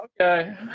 Okay